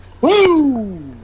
Woo